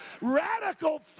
radical